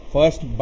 First